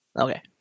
Okay